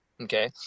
okay